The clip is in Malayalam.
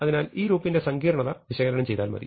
അതിനാൽ ഈ ലൂപ്പിന്റെ സങ്കീർണ്ണത വിശകലനം ചെയ്താൽ മതി